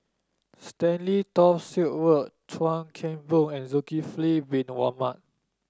Stanley Toft Stewart Chuan Keng Boon and Zulkifli Bin Mohamed